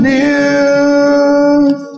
news